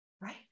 Right